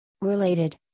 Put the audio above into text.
Related